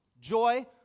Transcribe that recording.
joy